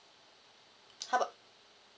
how about